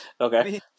Okay